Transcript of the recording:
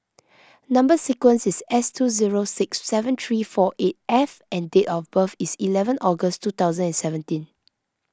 Number Sequence is S two zero six seven three four eight F and date of birth is eleven August two thousand and seventeen